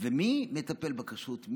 מי מטפל בכשרות?